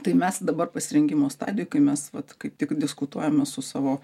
tai mes dabar pasirengimo stadijoj kai mes vat kaip tik diskutuojame su savo